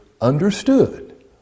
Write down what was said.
understood